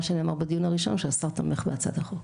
שנאמר בדיון הראשון שהשר תומך בהצעת החוק.